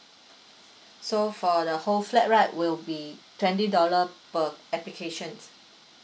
so for the whole flat right will be twenty dollar per applications